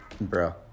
Bro